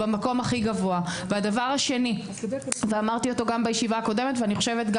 במקום הכי גבוה והדבר השני ואמרתי אותו גם בישיבה הקודמת ואני חושבת,